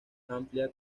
amplia